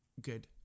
good